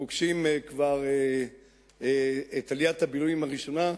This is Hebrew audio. את עליית הביל"ויים הראשונה,